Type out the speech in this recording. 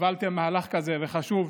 הובלתם מהלך כזה, וחשוב.